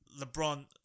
LeBron